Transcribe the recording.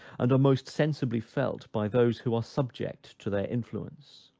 and are most sensibly felt by those who are subject to their influence.